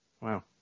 Wow